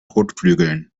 kotflügeln